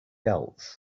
else